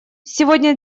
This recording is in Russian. сегодня